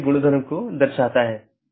BGP के साथ ये चार प्रकार के पैकेट हैं